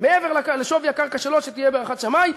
מעבר לשווי הקרקע שלו, שתהיה בהערכת שמאי.